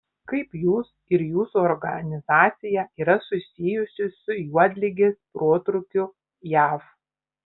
kaip jūs ir jūsų organizacija yra susijusi su juodligės protrūkiu jav